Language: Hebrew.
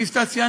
כפי שאתה ציינת,